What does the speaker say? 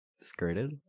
skirted